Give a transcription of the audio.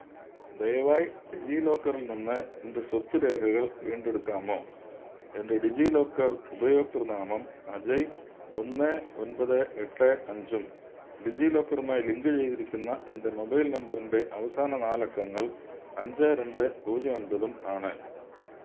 ദയവായി ഡിജി ലോക്കറിൽ നിന്ന് എൻ്റെ സ്വത്ത് രേഖകൾ വീണ്ടെടുക്കാമോ എൻ്റെ ഡിജി ലോക്കർ ഉപയോക്തൃനാമം അജയ് ഒന്ന് ഒമ്പത് എട്ട് അഞ്ചും ഡിജി ലോക്കറുമായി ലിങ്ക് ചെയ്തിരിക്കുന്ന എൻ്റെ മൊബൈൽ നമ്പറിന്റെ അവസാന നാലക്കങ്ങൾ അഞ്ച് രണ്ട് പൂജ്യം ഒന്പതും ആണ്